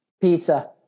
Pizza